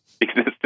existence